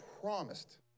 promised